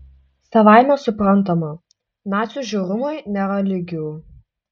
savaime suprantama nacių žiaurumui nėra lygių